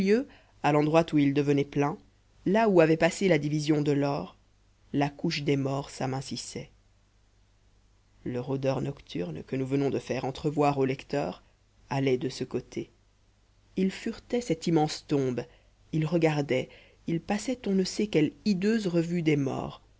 à l'endroit où il devenait plein là où avait passé la division delord la couche des morts s'amincissait le rôdeur nocturne que nous venons de faire entrevoir au lecteur allait de ce côté il furetait cette immense tombe il regardait il passait on ne sait quelle hideuse revue des morts